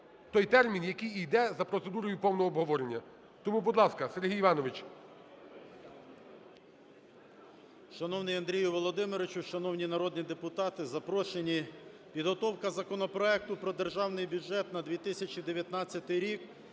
той термін, який іде за процедурою повного обговорення. Тому, будь ласка, Сергій Іванович. 13:07:01 МЕЛЬНИК С.І. Шановний Андрію Володимировичу, шановні народні депутати, запрошені! Підготовка законопроекту про Державний бюджет на 2019 рік